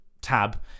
tab